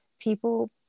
people